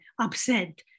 upset